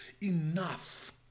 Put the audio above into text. enough